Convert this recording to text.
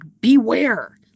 beware